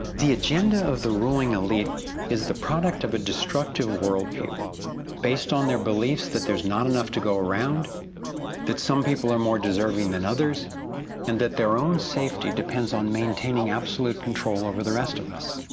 the agenda of the ruling elite is the product of a destructive worldview based on their beliefs that there's not enough to go around that some people are more deserving than others and that their own safety depends on maintaining absolute control over the rest of us.